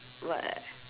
where